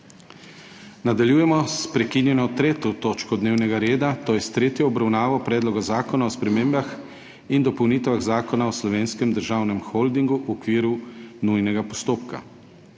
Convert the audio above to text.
Nadaljujemo sprekinjeno 3. točko dnevnega reda – tretja obravnava Predloga zakona o spremembah in dopolnitvah Zakona o Slovenskem državnem holdingu v okviru nujnega postopka.